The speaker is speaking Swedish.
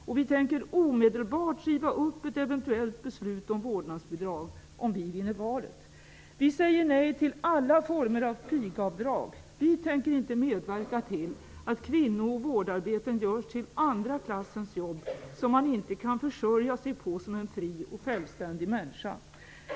Och vi tänker omedelbart riva upp ett eventuellt beslut om vårdnadsbidrag, om vi vinner valet. Vi säger nej till alla former av pigavdrag! Vi tänker inte medverka till att kvinno och vårdarbeten görs till andra klassens jobb som man inte kan försörja sig på som en fri och självständig människa.